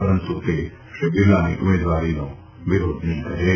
પરંતુ તે શ્રી બિરલાની ઉમેદવારીનો વિરોધ નહીં કરે